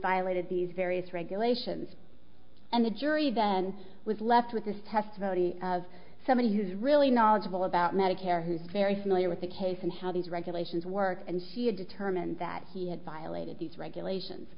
violated these various regulations and the jury then was left with this test vote of somebody who is really knowledgeable about medicare who's very familiar with the case and how these regulations work and she had determined that he had violated these regulations